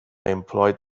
employed